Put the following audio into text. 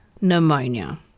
pneumonia